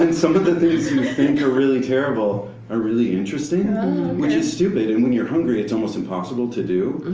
and some of the things you and think are really terrible are really interesting which is stupid. and when you're hungry it's almost impossible to do.